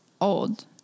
old